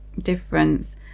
difference